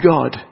God